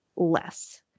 Less